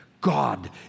God